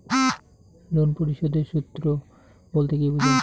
Loan পরিশোধের সূএ বলতে কি বোঝায়?